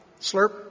Slurp